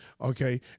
okay